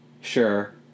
Sure